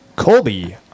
colby